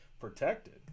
protected